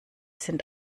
sind